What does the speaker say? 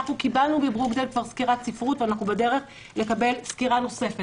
כבר קיבלנו מברוקדייל סקירת ספרות ואנחנו בדרך לקבל סקירה נוספת.